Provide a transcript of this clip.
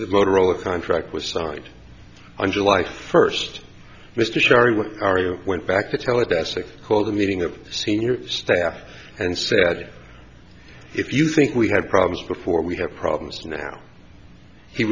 motorola contract was signed on july first mr sherry what are you went back to teledesic called a meeting of senior staff and said if you think we had problems before we have problems now he